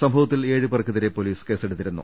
സംഭവത്തിൽ ഏഴുപേർക്കെതിരെ പൊലീസ് കേസെടുത്തിരുന്നു